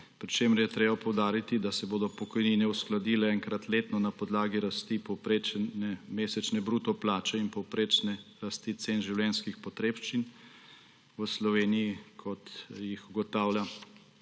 pri čemer je treba poudariti, da se bodo pokojnine uskladile enkrat letno na podlagi rasti povprečne mesečno bruto plače in povprečne rasti cen življenjskih potrebščin v Sloveniji, kot jih ugotavlja